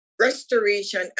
restoration